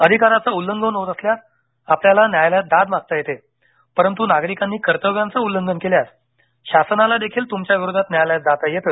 अधिकाराचं उल्लंघन होत असल्यास आपल्याला न्यायालयात दाद मागता येते परंतु नागरिकांनी कर्तव्याचं उल्लंघन केल्यास शासनाला देखील तुमच्या विरोधात न्यायालयात जाता येते